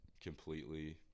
completely